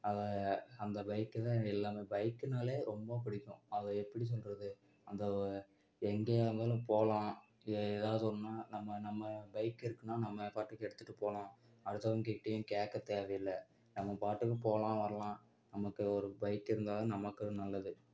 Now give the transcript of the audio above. அதை அந்த பைக்குதான் எல்லாமே பைக்குனாலே ரொம்ப பிடிக்கும் அதை எப்படி சொல்கிறது அந்த எங்கேயாருந்தாலும் போகலாம் இல்லை ஏதாவது ஒன்னுனால் நம்ம நம்ம பைக்கு இருக்குதுன்னா நம்ம பாட்டுக்கு எடுத்துகிட்டு போகலாம் அடுத்தவன்கிட்டயும் கேட்க தேவை இல்லை நம்ம பாட்டுக்கு போகலாம் வரலாம் நமக்கு ஒரு பைக் இருந்தால்தான் நமக்கு நல்லது